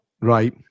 Right